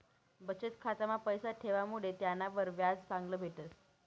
बचत खाता मा पैसा ठेवामुडे त्यानावर व्याज चांगलं भेटस